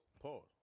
Pause